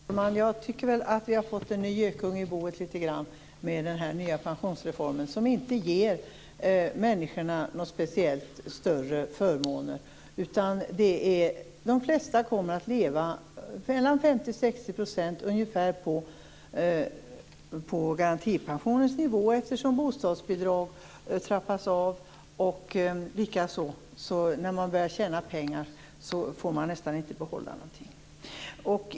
Herr talman! Jag tycker att vi litet grand har fått en ny gökunge i boet med den nya pensionsreformen, som inte ger människorna några speciellt större förmåner. De flesta, mellan 50 och 60 %, kommer att leva ungefär på garantipensionens nivå, eftersom bostadsbidragen trappas av, och när man börjar tjäna pengar får man nästan inte behålla någonting.